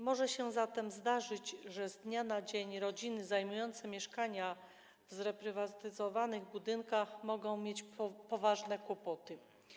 Może się zatem zdarzyć, że z dnia na dzień rodziny zajmujące mieszkania w zreprywatyzowanych budynkach mogą mieć poważne kłopoty.